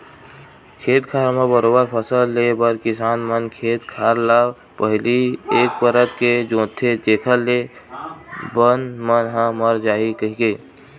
खेत खार म बरोबर फसल ले बर किसान मन खेत खार ल पहिली एक परत के जोंतथे जेखर ले बन मन ह मर जाही कहिके